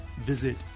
visit